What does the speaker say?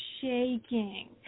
shaking